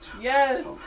Yes